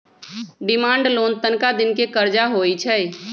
demand loan तनका दिन के करजा होइ छइ